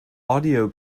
audio